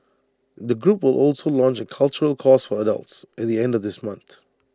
the group will also launch A cultural course for adults at the end of this month